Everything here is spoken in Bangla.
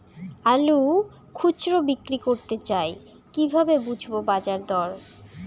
আলু খুচরো বিক্রি করতে চাই কিভাবে বুঝবো বাজার দর?